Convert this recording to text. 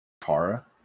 Tara